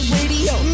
Radio